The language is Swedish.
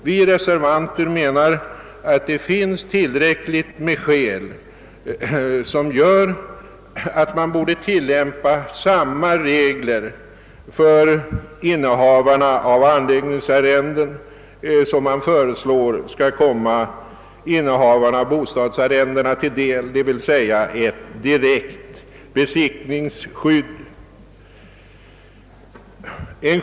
Vi reservanter anser att det finns tillräckliga skäl för att tillämpa samma regler för innehavarna av anläggningsarrenden som man föreslår skall komma innehavarna av bostadsarrenden till del, d. v. s. ett direkt besittningsskydd.